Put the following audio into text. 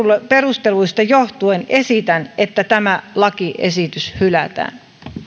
perusteluista johtuen esitän että tämä lakiesitys hylätään